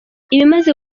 ibimaze